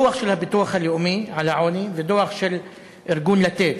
דוח של הביטוח הלאומי על העוני ודוח של ארגון "לתת",